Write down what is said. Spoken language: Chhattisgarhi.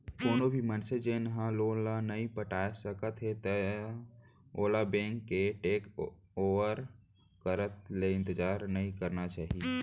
कोनो भी मनसे जेन ह लोन ल नइ पटाए सकत हे त ओला बेंक के टेक ओवर करत ले इंतजार नइ करना चाही